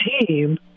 team